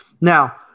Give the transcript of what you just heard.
Now